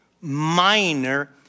minor